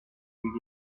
gave